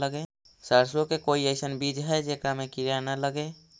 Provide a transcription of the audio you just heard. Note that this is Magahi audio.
सरसों के कोई एइसन बिज है जेकरा में किड़ा न लगे?